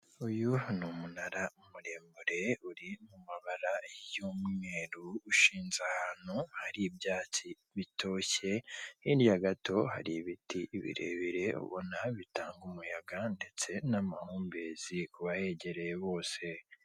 Uyu ni umunara muremure uri mu mabara y'umweru, ushinze ahantu hari ibyatsi bitoshye, hirya gato hari ibiti birebire ubona bitanga umuyaga, ndetse n'amahumbezi ku bahegereye bose.